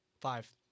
Five